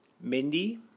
Mindy